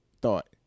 thought